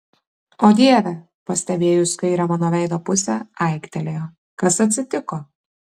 o dieve pastebėjus kairę mano veido pusę aiktelėjo kas atsitiko